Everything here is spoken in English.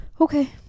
okay